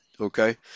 Okay